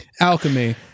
Alchemy